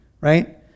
Right